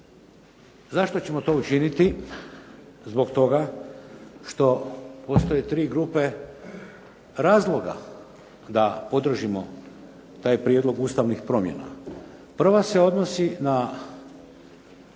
Zašto ćemo to učiniti? Zbog toga što postoje tri grupe razloga da podržimo taj prijedlog ustavnih promjena. Prva se odnosi na